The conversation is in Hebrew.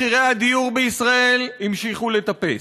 מחירי הדיור בישראל המשיכו לטפס,